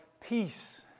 peace